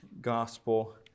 Gospel